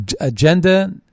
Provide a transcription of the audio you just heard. agenda